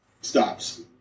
stops